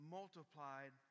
multiplied